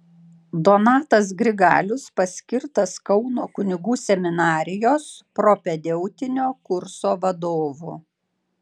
donatas grigalius paskirtas kauno kunigų seminarijos propedeutinio kurso vadovu